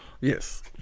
yes